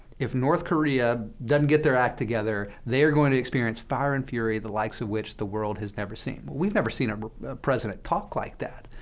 if north korea doesn't get their act together, they're going to experience fire and fury the likes of which the world has never seen. well, we've never seen a president talk like that.